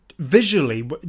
Visually